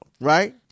right